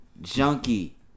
Junkie